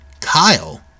Kyle